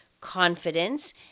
confidence